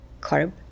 carb